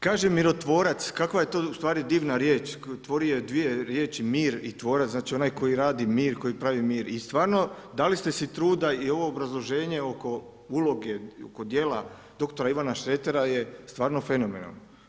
Kaže mirotvorac, kakva je to ustvari divna riječ, tvori je dvije riječi mir i tvorac, znači onaj koji radi mir, koji pravi mir i stvarno dali ste si truda i ovo obrazloženje oko uloge, oko djela dr. Ivana Šretera je stvarno fenomenalno.